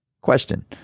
question